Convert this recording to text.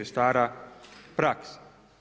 Stara praksa.